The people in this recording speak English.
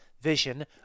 vision